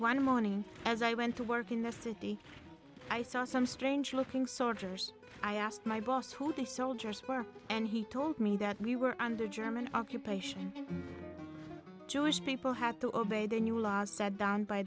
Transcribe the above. one morning as i went to work in the city i saw some strange looking soldiers i asked my boss who the soldiers were and he told me that we were under german occupation and jewish people had to obey the new laws said down by